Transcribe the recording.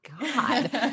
God